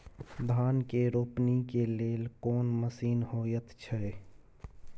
धान के रोपनी के लेल कोन मसीन होयत छै?